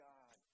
God